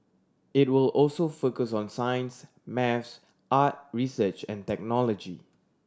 it will also focus on science maths art research and technology